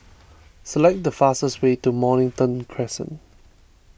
select the fastest way to Mornington Crescent